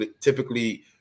typically